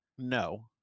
No